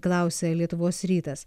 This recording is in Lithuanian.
klausia lietuvos rytas